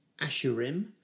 Asherim